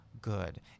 good